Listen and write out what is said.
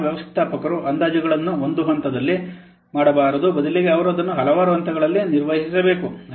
ಯೋಜನಾ ವ್ಯವಸ್ಥಾಪಕರು ಅಂದಾಜುಗಳನ್ನು ಒಂದು ಹಂತದಲ್ಲಿ ಒಂದು ಹಂತದಲ್ಲಿ ಮಾಡಬಾರದು ಬದಲಿಗೆ ಅವರು ಅದನ್ನು ಹಲವಾರು ಹಂತಗಳಲ್ಲಿ ನಿರ್ವಹಿಸಬೇಕು